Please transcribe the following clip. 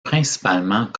principalement